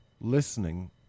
listening